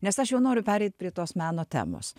nes aš jau noriu pereit prie tos meno temos